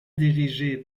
dirigée